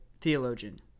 theologian